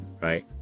right